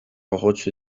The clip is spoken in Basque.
gogotsu